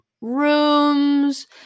rooms